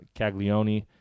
Caglioni